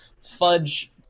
fudge